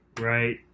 Right